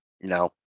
No